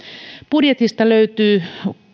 budjetista löytyy